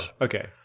okay